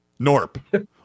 Norp